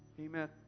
Amen